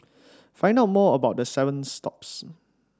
find out more about the seven stops